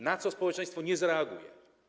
Na co społeczeństwo nie zareaguje?